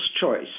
choice